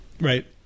right